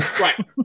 Right